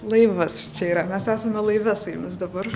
laivas čia yra mes esame laive su jumis dabar